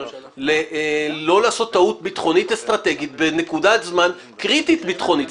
לא לעשות טעות ביטחונית אסטרטגית בנקודת זמן קריטית ביטחונית.